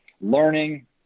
learning –